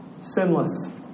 sinless